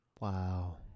Wow